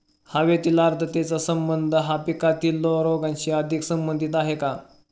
हवेतील आर्द्रतेचा संबंध हा पिकातील रोगांशी अधिक संबंधित आहे का?